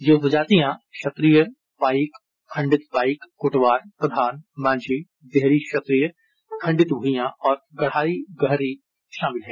ये उपजातियां क्षत्रीय पाईक खंडित पाईक कोटवार प्रधान मांझी देहरी क्षत्रीय खंडित भुईयाँ और गड़ाही गहरी शामिल हैं